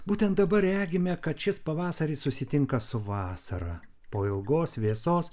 būtent dabar regime kad šis pavasaris susitinka su vasara po ilgos vėsos